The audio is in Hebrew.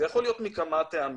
זה יכול להיות מכמה טעמים: